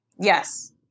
Yes